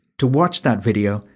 to watch that video,